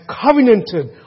covenanted